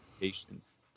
Patience